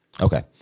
Okay